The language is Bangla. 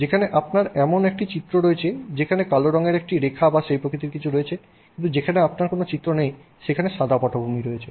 যেখানে আপনার এমন একটি চিত্র রয়েছে সেখানে কালো রঙের একটি রেখা বা সেই প্রকৃতির কিছু রয়েছে কিন্তু যেখানে আপনার কোন চিত্র নেই সেখানে সাদা পটভূমি রয়েছে